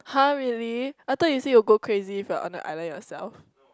[huh] really I thought you say you will go crazy if you are on the island yourself